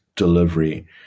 Delivery